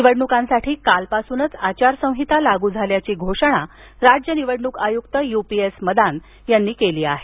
निवडणूकांसाठी कालपासूनच आचारसंहिता लागू झाल्याची घोषणा राज्य निवडणूक आय्क्त यू पी एस मदान यांनी केली आहे